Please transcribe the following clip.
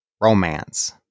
romance